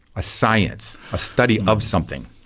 a science, a study of something.